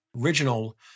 original